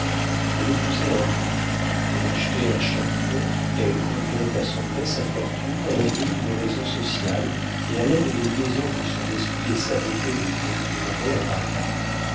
elle épousait un nom elle achetait un chaperon elle conduirait à son gré sa fortune à l'abri d'une raison sociale et à l'aide des liaisons que son esprit et sa beauté lui procureraient à paris